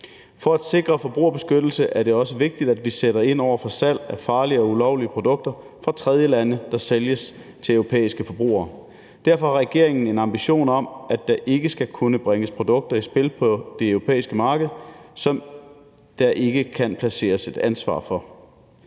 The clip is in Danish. For at sikre forbrugerbeskyttelse er det også vigtigt, at vi sætter ind over for salg af farlige og ulovlige produkter fra tredjelande, der sælges til europæiske forbrugere. Derfor har regeringen en ambition om, at der ikke skal kunne bringes produkter i spil på det europæiske marked, som der ikke kan placeres et ansvar for.